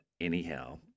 anyhow